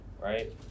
right